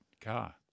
car